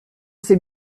sais